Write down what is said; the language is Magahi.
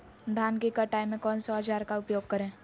धान की कटाई में कौन सा औजार का उपयोग करे?